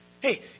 Hey